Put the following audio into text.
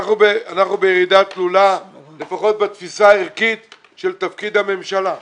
אנחנו בירידה תלולה לפחות בתפיסה הערכית של תפקיד הממשלה.